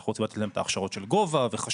אנחנו רוצים לתת להם את ההכשרות של גובה וחשמל.